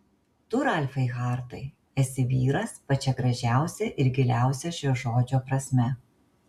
tu ralfai hartai esi vyras pačia gražiausia ir giliausia šio žodžio prasme